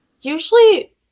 usually